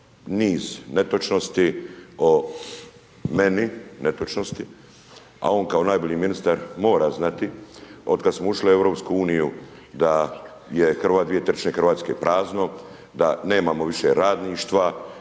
niz netočnosti o meni, netočnosti. A on kao najbolji ministar, mora znati od kada smo ušli u EU, da je 2/3 Hrvatske prazno, da nemamo više radništva,